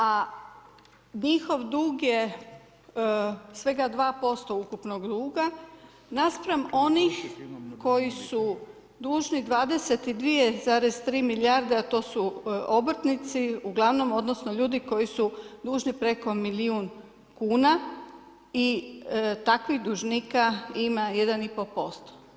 A njihov dug svega 2% ukupnog duga naspram onih koji su dužni 22,3 milijarde, a to su obrtnici uglavnom, odnosno ljudi koji su dužni preko milijun kuna i takvih dužnika ima 1,5%